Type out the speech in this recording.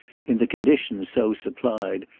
in the conditions so supplied,